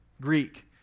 Greek